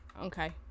Okay